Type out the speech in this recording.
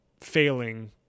failing